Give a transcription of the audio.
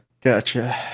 Gotcha